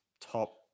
top